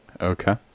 Okay